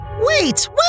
Wait